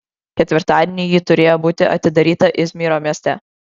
ketvirtadienį ji turėjo būti atidaryta izmyro mieste